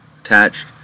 attached